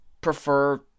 prefer